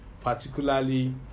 particularly